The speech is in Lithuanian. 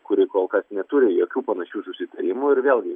kuri kol kas neturi jokių panašių susitarimų ir vėlgi